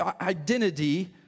identity